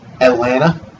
Atlanta